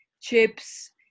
chips